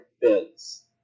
bids